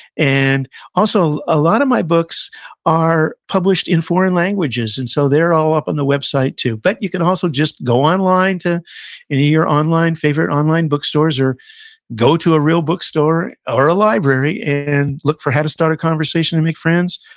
and also, a lot of my books are published in foreign languages, and so, they're all up on the website too. but, you can also just go online to any of your online, favorite online bookstores, or go to a real bookstore, or a library, and look for how to start a conversation and make friends.